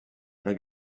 einer